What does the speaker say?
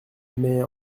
mais